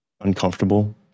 uncomfortable